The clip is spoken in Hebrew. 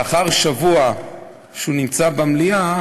לאחר שבוע שהוא נמצא במליאה,